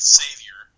savior